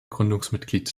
gründungsmitglied